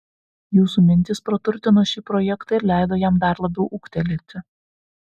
jūsų mintys praturtino šį projektą ir leido jam dar labiau ūgtelėti